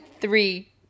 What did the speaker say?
three